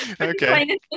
Okay